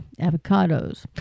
avocados